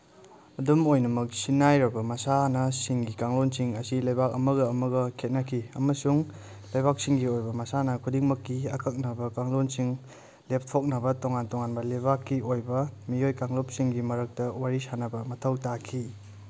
ꯑꯗꯨꯝ ꯑꯣꯏꯅꯃꯛ ꯁꯤꯟꯅꯥꯏꯔꯕ ꯃꯁꯥꯟꯅꯁꯤꯡꯒꯤ ꯀꯥꯡꯂꯣꯟꯁꯤꯡ ꯑꯁꯤ ꯂꯩꯕꯥꯛ ꯑꯃꯒ ꯑꯃꯒ ꯈꯦꯠꯅꯈꯤ ꯑꯃꯁꯨꯡ ꯂꯩꯕꯥꯛꯁꯤꯡꯒꯤ ꯑꯣꯏꯕ ꯃꯁꯥꯟꯅ ꯈꯨꯗꯤꯡꯃꯛꯀꯤ ꯑꯀꯛꯅꯕ ꯀꯥꯡꯂꯣꯟꯁꯤꯡ ꯂꯦꯞꯊꯣꯛꯅꯕ ꯇꯣꯉꯥꯟ ꯇꯣꯉꯥꯟꯕ ꯂꯩꯕꯥꯛꯀꯤ ꯑꯣꯏꯕ ꯃꯤꯑꯣꯏ ꯀꯥꯡꯂꯨꯞꯁꯤꯡꯒꯤ ꯃꯔꯛꯇ ꯋꯥꯔꯤ ꯁꯥꯟꯅꯕ ꯃꯊꯧ ꯇꯥꯈꯤ